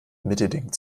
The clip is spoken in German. mittelding